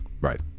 Right